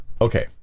Okay